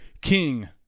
King